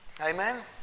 Amen